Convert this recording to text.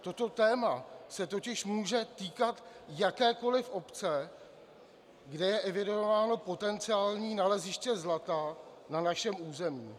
Toto téma se totiž může týkat jakékoli obce, kde je evidováno potenciální naleziště zlata na našem území.